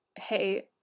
hey